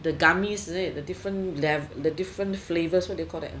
the gummy is it the different flavours what do you call that